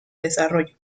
desarrollo